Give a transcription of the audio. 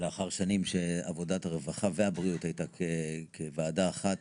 לאחר שנים שעבודת הרווחה והבריאות הייתה כוועדה אחת,